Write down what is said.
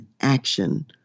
action